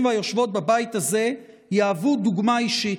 והיושבות בבית הזה יהוו דוגמה אישית.